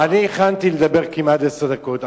אני הכנתי כמעט עשר דקות.